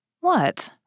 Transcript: What